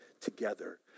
together